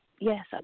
yes